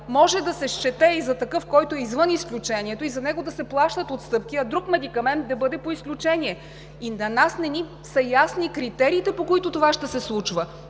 може да се счете и за такъв, който е извън изключението и за него да се плащат отстъпки, а друг медикамент да бъде по изключение. И на нас не ни са ясни критериите, по които това ще се случва.